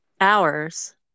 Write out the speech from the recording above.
Hours